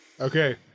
Okay